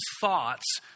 thoughts